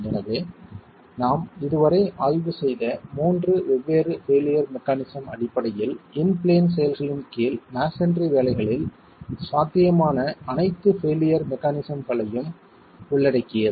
எனவே நாம் இதுவரை ஆய்வு செய்த மூன்று வெவ்வேறு பெயிலியர் மெக்கானிசம் அடிப்படையில் இன் பிளேன் செயல்களின் கீழ் மஸோன்றி வேலைகளில் சாத்தியமான அனைத்து பெயிலியர் மெக்கானிசம்களையும் உள்ளடக்கியது